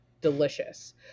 delicious